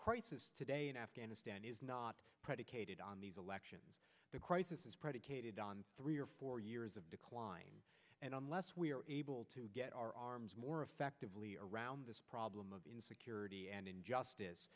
crisis today in afghanistan is not predicated on these elections the crisis is predicated on three or four years of decline and unless we are able to get our arms more effectively around this problem of insecurity and injustice